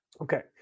Okay